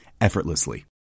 effortlessly